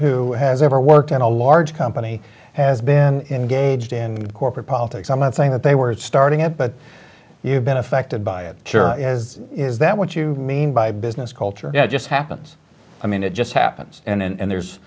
who has ever worked at a large company has been gauged in corporate politics i'm not saying that they were starting it but you've been affected by it sure is is that what you mean by business culture just happens i mean it just happens and there's there's